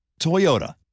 Toyota